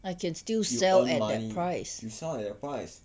you earn money you sell at that price